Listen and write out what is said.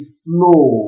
slow